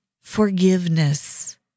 forgiveness